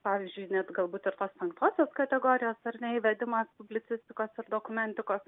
pavyzdžiui net galbūt ir tos penktosios kategorijos ar ne įvedimas publicistikos ir dokumentikos